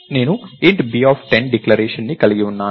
నేను int b10 డిక్లరేషన్ని కలిగి ఉన్నాను